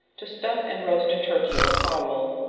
to stuff and roast a turkey, or fowl.